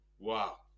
Wow